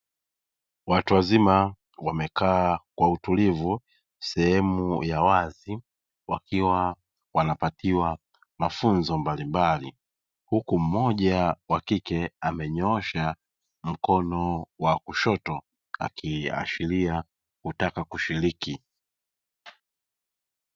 Watu wazima wamekaa kwa utulivu sehemu ya wazi wakiwa wanapatiwa mafunzo mbalimbali huku mmoja wa kike amenyoosha mkono wa kushoto akiiashiria kutaka kushiriki.